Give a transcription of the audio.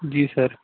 جی سَر